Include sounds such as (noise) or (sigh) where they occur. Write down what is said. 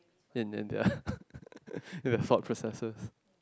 and then their (laughs) their thought processes